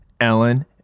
ellen